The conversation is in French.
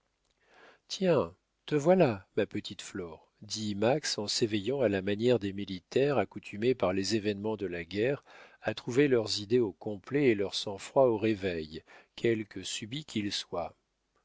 tiens te voilà ma petite flore dit max en s'éveillant à la manière des militaires accoutumés par les événements de la guerre à trouver leurs idées au complet et leur sang-froid au réveil quelque subit qu'il soit